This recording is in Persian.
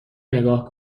نگاه